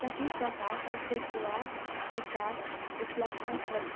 कति प्रकारका सेकुवा परिकार उपलब्ध छन्